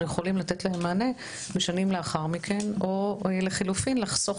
יכולים לתת להם מענה בשנים לאחר מכן או לחילופין לחסוך